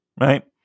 right